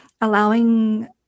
allowing